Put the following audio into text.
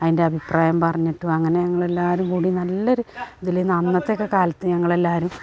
അതിന്റ് അഭിപ്രായം പറഞ്ഞിട്ടും അങ്ങനെ ഞങ്ങൾ എല്ലാവരും കൂടി നല്ലൊരു ഇതില്ല് അന്നത്തെ ഒക്കെ കാലത്ത് ഞങ്ങളെല്ലാവരും